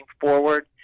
forward